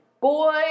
boy